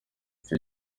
icyo